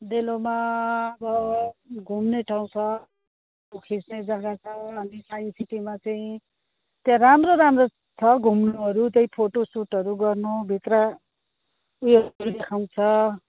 डेलोमा भयो घुम्ने ठाउँ भयो फोटो खिच्ने जग्गा छ अनि साइन्स सिटीमा चाहिँ त्यहाँ राम्रो राम्रो छ घुम्नुहरू त्यही फोटोसुटहरू गर्नु भित्र उयो पनि देखाउँछ